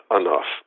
enough